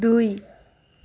দুই